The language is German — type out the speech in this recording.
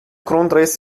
grundriss